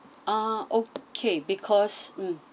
ah okay because mm